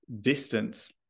distance